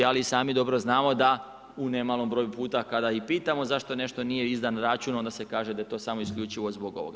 Ali i sami dobro znamo da u ne malom broju puta kada i pitamo zašto nešto nije izdan račun, onda se kaže da je to samo isključivo zbog ovoga.